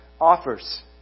offers